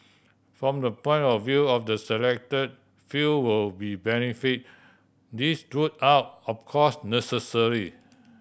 from the point of view of the select few who would benefit these route are of course necessary